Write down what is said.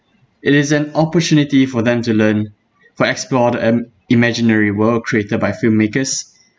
it is an opportunity for them to learn for explored im~ imaginary world created by filmmakers